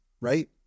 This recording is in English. right